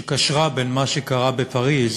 שקשרה בין מה שקרה בפריז